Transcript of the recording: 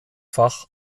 fach